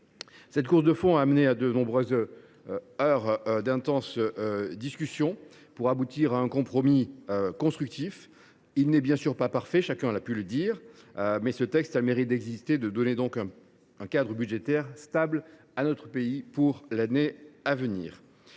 Cette course de fond a donné lieu à de nombreuses heures d’intenses discussions pour aboutir à un compromis constructif. Ce dernier n’est bien sûr pas parfait, chacun a pu le dire, mais ce texte a le mérite d’exister et de donner un cadre budgétaire stable à notre pays pour l’année à venir.